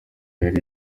yari